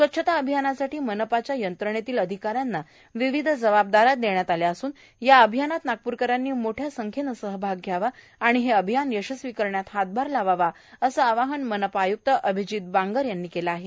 स्वच्छता अभियानासाठी मनपाच्या यंत्रेनेतील अधिका यांना विविध जबाबदा या देण्यात आल्या असून या अभियानात नागपूरकरांनी मोठया संख्येनं सहभाग घ्यावा आणि हे अभियान यशस्वी करण्यात हातभार लावावा असं आवाहन मनपा आयुक्त अभिजीत बांगर यांनी केलं आहे